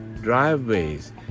driveways